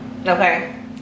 Okay